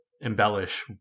embellish